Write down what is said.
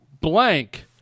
Blank